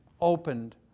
opened